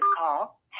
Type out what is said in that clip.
call